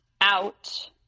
out